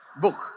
book